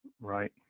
right